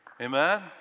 Amen